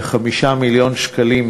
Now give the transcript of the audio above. ו-5 מיליון שקלים,